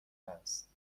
هست